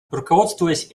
руководствуясь